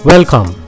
Welcome